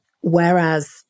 Whereas